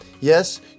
Yes